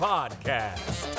Podcast